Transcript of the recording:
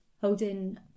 holding